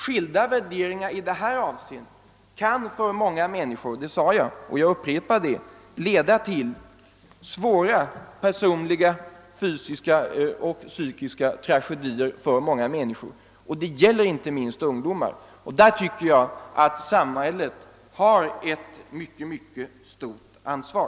Skilda värderingar i det här avseendet kan för många människor — det sade jag förut, och jag upprepar det — leda till svåra personliga fysiska och psykiska tragedier, inte minst för ungdomar. Där tycker jag att samhället har ett mycket stort ansvar.